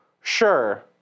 Sure